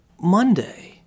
Monday